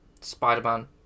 Spider-Man